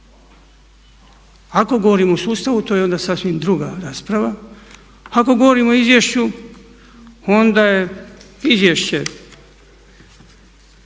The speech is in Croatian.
Ako govorimo o sustavu to je onda sasvim druga rasprava. Ako govorimo o izvješću onda je izvješće